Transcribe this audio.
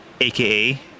AKA